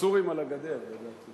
הסורים על הגדר, אתה יודע.